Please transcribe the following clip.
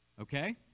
Okay